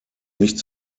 nicht